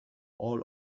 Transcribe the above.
all